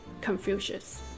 Confucius